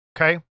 okay